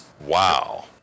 Wow